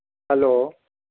hello